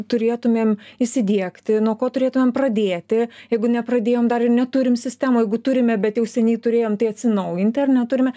turėtumėm įsidiegti nuo ko turėtumėm pradėti jeigu nepradėjom dar ir neturim sistemų o jeigu turime bent jau seniai turėjom tai atsinaujinti ar ne turime